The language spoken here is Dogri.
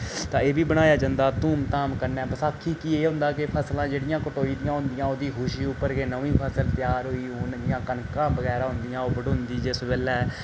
तां एह् बी बनाया जंदा धूम धाम कन्नै बसाखी कि एह् होंदा के फसलां जेह्ड़ियां कटोई दियां होन्दियां ओह्दी खुशी उप्पर गै नमीं फसल त्यार होई हून जियां कनकां बगैरा होन्दियां ओह् बडोंदी जिस बेल्लै